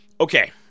okay